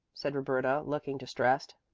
said roberta, looking distressed.